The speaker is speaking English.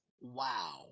Wow